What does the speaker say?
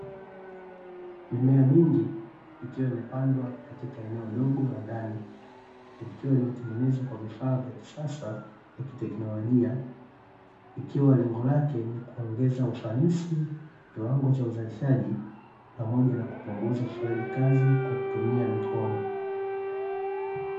MImea mingi ikiwa imepandwa katika eneo dogo la ndani likiwa limetengenezwa kwa vifaa vya kisasa vya kiteknologia ikiwa lengo lake nikuongeza ufanisi, kiwango cha uzalishaji pamoja nakupunguza ufanyajikazi kwa kutumia mikono.